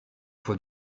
fois